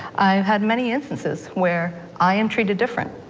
i've had many instances where i am treated different,